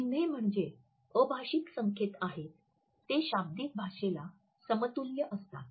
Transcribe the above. चिन्हे म्हणजे अभाषिक संकेत आहेत ते शाब्दिक भाषेला समतुल्य असतात